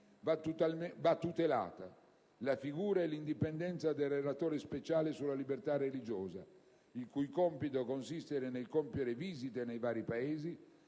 va tutelata la figura e l'indipendenza del Relatore speciale per le libertà religiose, il cui compito consiste nel compiere visite nei vari Paesi,